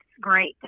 great